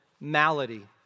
malady